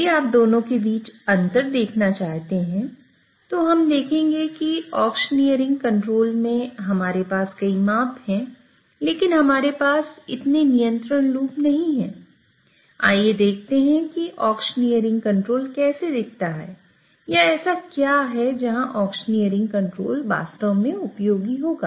यदि आप दोनों के बीच अंतर देखना चाहते हैं तो हम देखेंगे कि ऑक्शनियरिंग कंट्रोल वास्तव में उपयोगी होगा